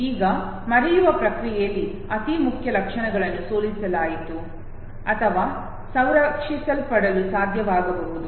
ಈಗ ಮರೆಯುವ ಪ್ರಕ್ರಿಯೆಯಲ್ಲಿ ಅತಿ ಮುಖ್ಯ ಲಕ್ಷಣಗಳನ್ನು ಸೋಸಲಾಯಿತು ಅಥವಾ ಸಂರಕ್ಷಿಸಿಡಲು ಸಾಧ್ಯವಾಗಬಹುದು